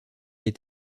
est